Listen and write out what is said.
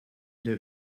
der